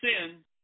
sin